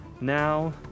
Now